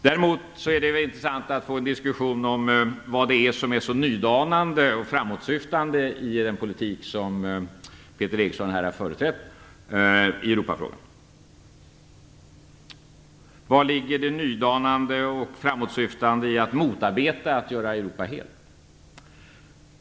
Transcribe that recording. Däremot är det intressant att få en diskussion om vad det är som är så nydanande och framåtsyftande i den politik som Peter Eriksson här har företrätt i Europafrågan. Var ligger det nydanande och framåtsyftande i att motarbeta att göra Europa helt?